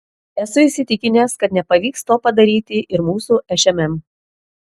esu įsitikinęs kad nepavyks to padaryti ir mūsų šmm